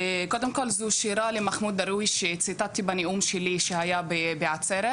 קודם כל זו שירה למחמוד דרוויש שציטטתי בנאום שלי שהיה בעצרת.